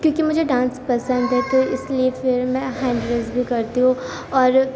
کیونکہ مجھے ڈانس پسند ہے تو اس لیے پھر میں ہینڈ ریج کرتی ہوں اور